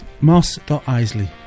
moss.isley